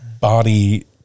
body